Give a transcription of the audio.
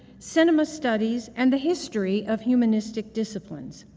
cinema studies, and the history of humanistic disciplines.